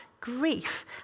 Grief